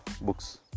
books